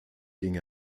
ging